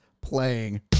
playing